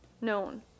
known